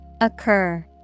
Occur